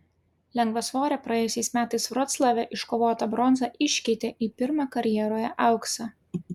lengvasvorė praėjusiais metais vroclave iškovotą bronzą iškeitė į pirmą karjeroje auksą